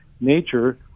nature